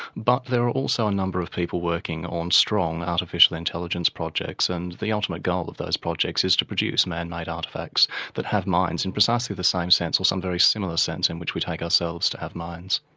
but there are also a number of people working on strong artificial intelligence projects, and the ultimate goal of those projects is to produce man-made artifacts that have minds in precisely the same sense, or some very similar sense, in which we take ourselves to have minds.